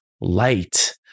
light